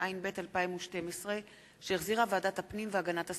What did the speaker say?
התשע"ב 2012, שהחזירה ועדת הפנים והגנת הסביבה.